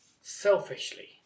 selfishly